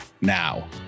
now